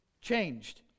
changed